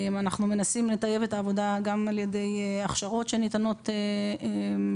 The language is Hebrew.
אנחנו מנסים לטייב את העבודה גם על-ידי הכשרות שניתנות לחוקרים.